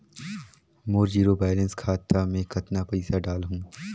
मोर zero balance खाता मे कतना पइसा डाल हूं?